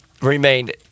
remained